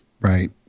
Right